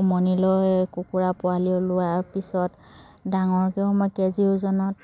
উমনি লৈ কুকুৰা পোৱালি ওলোৱাৰ পিছত ডাঙৰকৈও কেজি ওজনত